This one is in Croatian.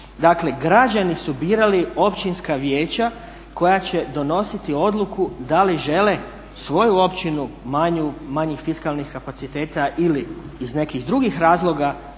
Dakle, građani su birali općinska vijeća koja će donositi odluku da li žele svoju općinu manjih fiskalnih kapaciteta. Ali iz nekih drugih razloga